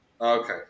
okay